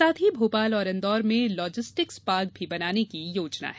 साथ ही भोपाल और इंदौर में लॉजिस्टिक्स पार्क भी बनाने की योजना है